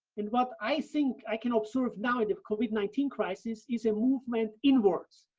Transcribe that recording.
and what i think i can observe now in the covid nineteen crisis, is a movement inwards,